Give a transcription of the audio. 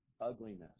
ugliness